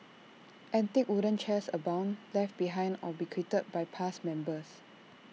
antique wooden chairs abound left behind or bequeathed by past members